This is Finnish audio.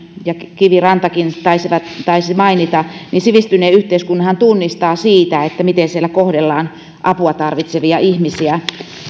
ja kivirantakin taisivat taisivat mainita niin sivistyneen yhteiskunnanhan tunnistaa siitä miten siellä kohdellaan apua tarvitsevia ihmisiä